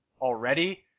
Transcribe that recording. already